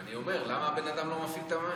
לאנשינו בשבט אל-אטרש,